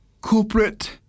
corporate